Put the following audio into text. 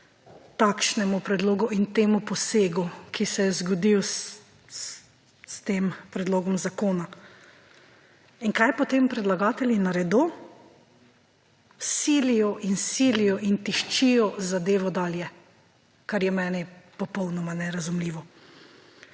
takšnemu predlogu in temu posegu, ki se je zgodil s tem predlogom zakona. In kaj potem predlagatelji naredo? Silijo in silijo in tiščijo zadevo dalje, kar je meni popolnoma nerazumljivo.